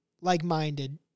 like-minded